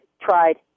tried